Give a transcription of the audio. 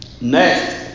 Next